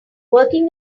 working